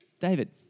David